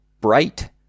bright